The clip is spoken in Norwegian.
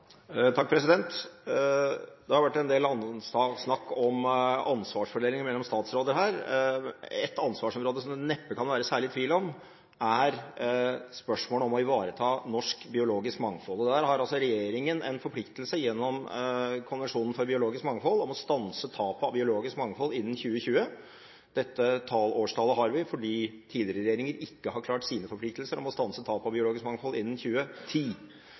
Det har vært endel snakk om ansvarsfordeling mellom statsråder her. Et ansvarsområde som det neppe kan være særlig tvil om, er spørsmålet om å ivareta norsk biologisk mangfold. Der har altså regjeringen en forpliktelse, gjennom konvensjonen om biologisk mangfold, til å stanse tapet av biologisk mangfold innen 2020. Dette årstallet har vi fordi tidligere regjeringer ikke har klart sine forpliktelser til å stanse tap av biologisk mangfold innen 2010.